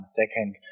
second